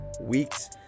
weeks